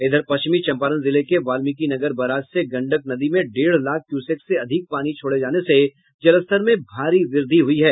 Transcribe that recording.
इधर पश्चिमी चंपारण जिले के वाल्मीकिनगर बराज से गंडक नदी में डेढ़ लाख क्यूसेक से अधिक पानी छोड़े जाने से जलस्तर में भारी वृद्धि हुयी है